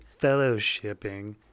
fellowshipping